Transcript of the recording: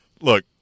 look